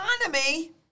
economy